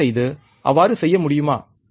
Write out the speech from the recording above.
தயவுசெய்து அவ்வாறு செய்ய முடியுமா